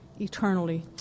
eternally